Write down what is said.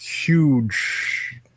huge